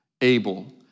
able